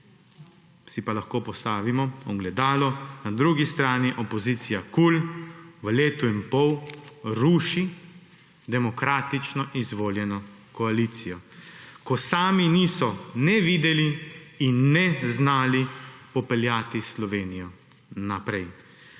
si pa lahko postavimo ogledalo, na drugi strani opozicija KUL v letu in pol ruši demokratično izvoljeno koalicijo, ko sami niso ne videli in ne znali popeljati Slovenijo naprej.